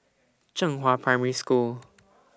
Zhenghua Primary School